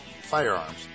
firearms